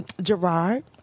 Gerard